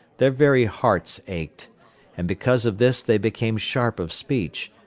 their very hearts ached and because of this they became sharp of speech,